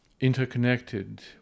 interconnected